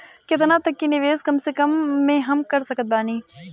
केतना तक के निवेश कम से कम मे हम कर सकत बानी?